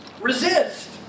resist